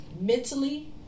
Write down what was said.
mentally